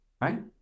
Right